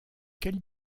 quelle